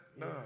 No